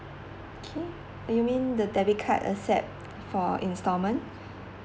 okay uh you mean the debit card accept for installment